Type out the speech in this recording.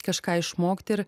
kažką išmokt ir